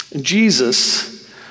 Jesus